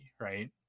Right